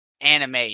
anime